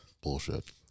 bullshit